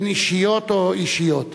בין-אישיות או אישיות.